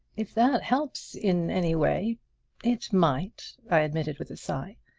if that helps in any way it might, i admitted with a sigh.